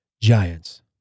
giants